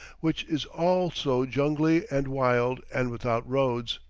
which is also jungly and wild and without roads.